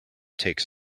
takes